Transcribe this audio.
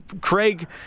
Craig